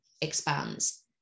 expands